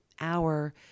hour